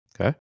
Okay